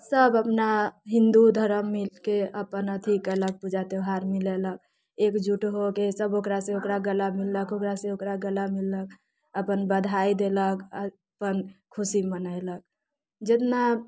सभ अपना हिन्दू धरम मिलके अपन अथि कयलक पूजा त्यौहार मिलेलक एकजुट होके सभ ओकरा से ओकरा गला मिललक ओकरा से ओकरा गला मिललक अपन बधाइ देलक अपन खुशी मनेलक जितना